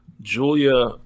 Julia